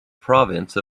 province